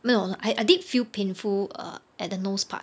没有 I I did feel painful uh at the nose part